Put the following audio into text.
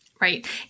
Right